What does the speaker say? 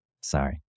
Sorry